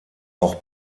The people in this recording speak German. auch